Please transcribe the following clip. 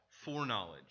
foreknowledge